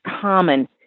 common